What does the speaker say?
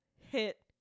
hit